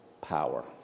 power